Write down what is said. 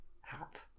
hat